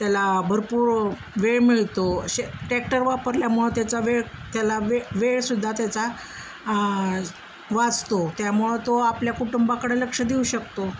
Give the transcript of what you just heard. त्याला भरपूर वेळ मिळतो अशे टॅक्टर वापरल्यामुळं त्याचा वेळ त्याला वे वेळसुद्धा त्याचा वाचतो त्यामुळं तो आपल्या कुटुंबाकडं लक्ष देऊ शकतो